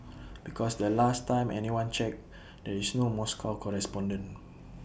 because the last time anyone checked there is no Moscow correspondent